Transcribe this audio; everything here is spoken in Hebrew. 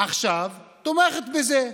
עכשיו תומכת בזה.